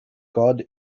god